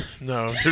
No